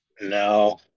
No